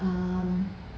um